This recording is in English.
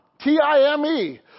T-I-M-E